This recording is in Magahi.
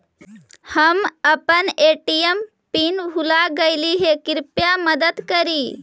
हम अपन ए.टी.एम पीन भूल गईली हे, कृपया मदद करी